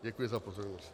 Děkuji za pozornost.